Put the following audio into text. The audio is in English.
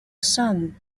sum